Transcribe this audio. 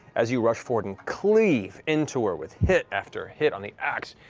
as you rush forward and cleave into her with hit after hit on the axe,